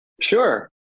Sure